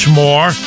more